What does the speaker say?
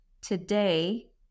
Today